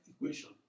equation